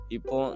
Ipo